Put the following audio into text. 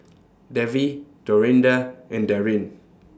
Davy Dorinda and Darrin